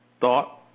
thought